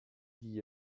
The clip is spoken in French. d’y